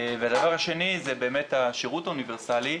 והדבר השני זה השירות האוניברסלי,